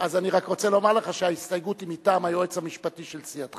אז אני רק רוצה לומר לך שההסתייגות היא מטעם היועץ המשפטי של סיעתך.